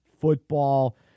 football